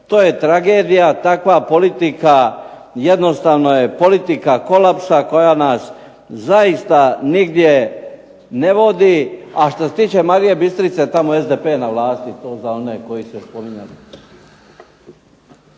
To je tragedija, takva politika jednostavno je politika kolapsa koja nas zaista nigdje ne vodi. A što se tiče Marije Bistrice tamo je SDP na vlasti, to za one koji su spominjali.